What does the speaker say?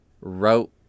wrote